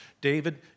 David